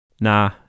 Nah